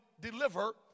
deliver